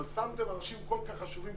אבל שמתם אנשים כל כך חשובים,